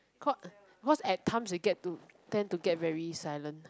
caught because at times they get to tend to get very silent